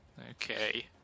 Okay